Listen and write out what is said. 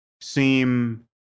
seem